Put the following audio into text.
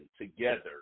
together